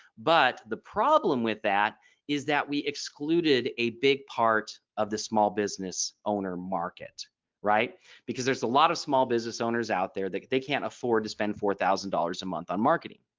but the problem with that is that we excluded a big part of the small business owner market right because there's a lot of small business owners out there that they can't afford to spend four thousand dollars a month on marketing.